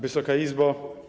Wysoka Izbo!